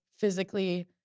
physically